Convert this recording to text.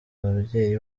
ababyeyi